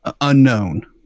unknown